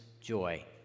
joy